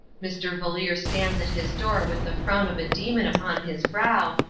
mr. valeer stands at his door with the frown of a demon upon his brow,